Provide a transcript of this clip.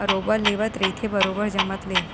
बरोबर लेवत रहिथे बरोबर जमत ले